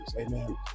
amen